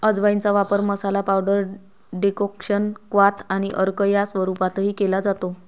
अजवाइनचा वापर masala, powder, decoction, क्वाथ आणि अर्क या स्वरूपातही केला जातो